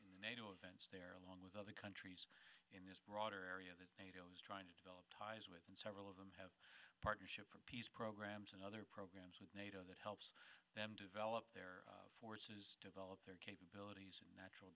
in the nato events there along with other countries in this broader area that nato is trying to develop ties with and several of them have partnership for peace programs and other programs with nato that helps them develop their forces develop their capabilities in natural